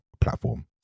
platform